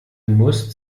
musst